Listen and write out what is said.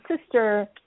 Sister